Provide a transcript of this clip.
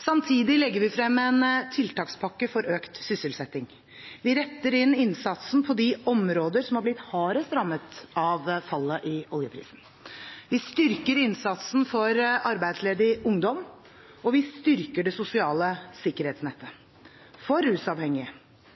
Samtidig legger vi frem en tiltakspakke for økt sysselsetting. Vi retter inn innsatsen på de områder som har blitt hardest rammet av fallet i oljeprisen. Vi styrker innsatsen for arbeidsledig ungdom. Og vi styrker det sosiale sikkerhetsnettet – for rusavhengige,